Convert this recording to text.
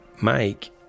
Mike